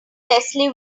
leslie